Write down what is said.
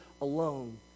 alone